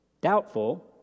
Doubtful